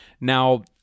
Now